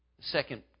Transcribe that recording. second